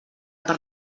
per